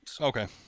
Okay